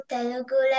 Telugu